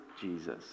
Jesus